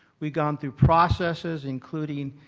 we've gone through processes including